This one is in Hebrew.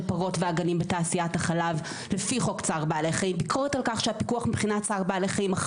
פרות ועגלים בתעשיית החלב לפי חוק צער בעלי חיים,